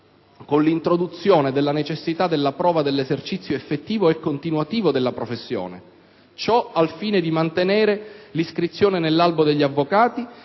con l'introduzione della necessità della prova dell'esercizio effettivo e continuativo della professione al fine di mantenere l'iscrizione nell'albo degli avvocati